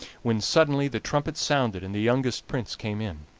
when suddenly the trumpets sounded and the youngest prince came in.